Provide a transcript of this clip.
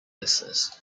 listeners